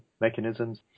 mechanisms